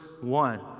one